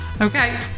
Okay